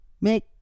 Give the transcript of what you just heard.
make